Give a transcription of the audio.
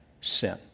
sin